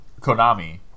Konami